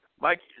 Mike